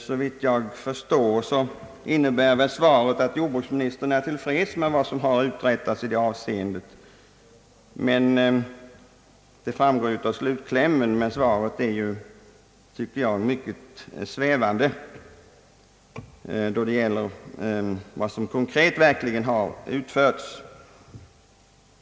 Såvitt jag förstår, innebär väl svaret, att jordbruksministern är till freds med vad som har uträttats i detta hänseende — något som framgår av slutklämmen i svaret — men jag tycker att svaret är mycket svävande när det gäller vad som konkret har utförts.